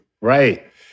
Right